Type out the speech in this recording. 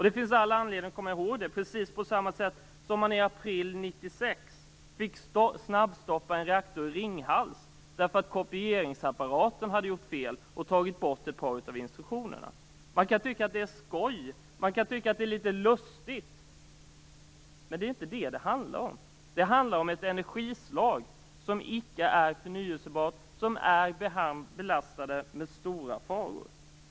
Det finns all anledning att komma ihåg det, precis som man i april 1996 fick snabbstoppa en reaktor i Ringhals därför att det i en kopieringsapparat hade blivit fel och ett par instruktioner hade tagits bort. Man kan tycka att det är skoj, man kan tycka att det är litet lustigt. Men det är inte det det handlar om. Det handlar om ett energislag, som icke är förnybart, som är belastat med stora faror.